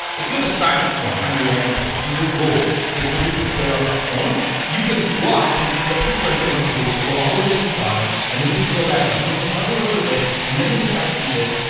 if you have a signup form on your landing page, and your goal is for people to fill out that form, you can watch and see what people are doing. okay, they scroll all the way to the bottom, and then they scroll back up. and then they hover over this, and then they decide to do this.